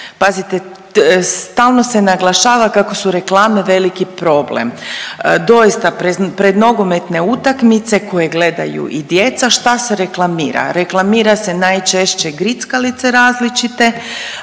pazite, stalno se naglašava kako su reklame veliki problem, doista pred nogometne utakmice koje gledaju i djeca šta se reklamira, reklamira se najčešće grickalice različite